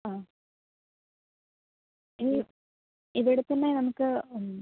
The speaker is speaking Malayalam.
ആ ഈ ഇവിടെത്തന്നെ നമുക്ക് ഉം